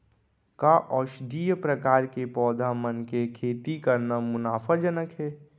का औषधीय प्रकार के पौधा मन के खेती करना मुनाफाजनक हे?